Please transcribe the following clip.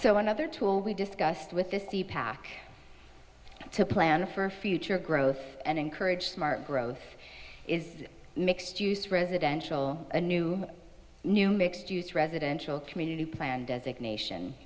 so another tool we discussed with this deepak to plan for future growth and encourage smart growth is mixed use residential a new new mixed use residential community plan designation